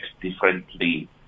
differently